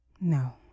No